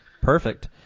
perfect